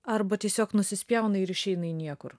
arba tiesiog nusispjauna ir išeina į niekur